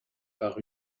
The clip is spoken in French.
par